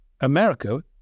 America